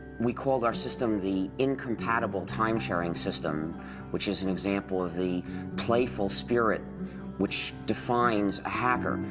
we called our system the incompatible time sharing system which is an example of the playful spirit which defines a hacker.